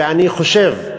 ואני חושב,